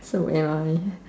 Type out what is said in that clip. so am I